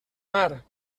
mar